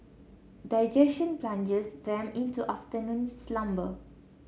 digestion plunges them into afternoon slumber